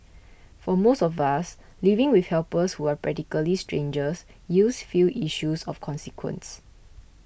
for most of us living with helpers who are practically strangers yields few issues of consequence